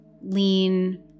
lean